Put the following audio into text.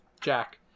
Jack